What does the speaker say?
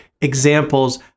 examples